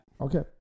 Okay